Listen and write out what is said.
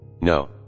No